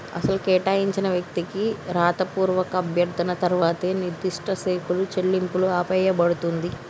అసలు కేటాయించిన వ్యక్తికి రాతపూర్వక అభ్యర్థన తర్వాత నిర్దిష్ట సెక్కులు చెల్లింపులు ఆపేయబడుతుంది